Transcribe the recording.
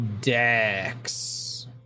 Dex